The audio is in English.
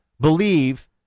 believe